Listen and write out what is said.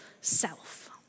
self